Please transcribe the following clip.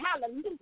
Hallelujah